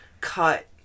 cut